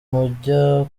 mujya